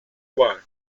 one